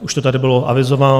Už to tady bylo avizováno.